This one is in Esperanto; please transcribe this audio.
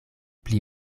pli